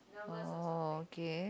oh okay